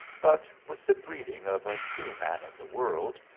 but, with the breeding of a true man of the world,